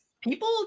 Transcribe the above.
People